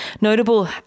Notable